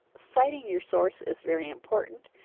citing your source is very important.